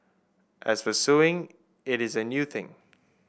as for suing it is a new thing